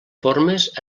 formes